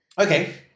Okay